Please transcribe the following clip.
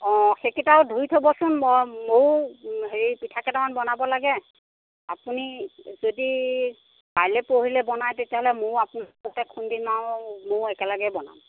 অ সেইকেইটাও ধুই থ'বচোন ম ময়ো হেৰি পিঠা কেইটামান বনাব লাগে আপুনি যদি কাইলৈ পৰহিলৈ বনায় তেতিয়াহ'লে ময়ো আপোনাৰ লগতে খুন্দিম আৰু ময়ো একেলগে বনাম